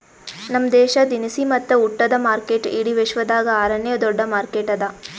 ನಮ್ ದೇಶ ದಿನಸಿ ಮತ್ತ ಉಟ್ಟದ ಮಾರ್ಕೆಟ್ ಇಡಿ ವಿಶ್ವದಾಗ್ ಆರ ನೇ ದೊಡ್ಡ ಮಾರ್ಕೆಟ್ ಅದಾ